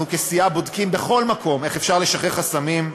אנחנו כסיעה בודקים בכל מקום איך אפשר לשחרר חסמים.